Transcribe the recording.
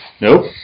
Nope